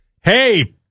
Hey